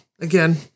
again